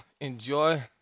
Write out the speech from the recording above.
enjoy